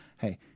hey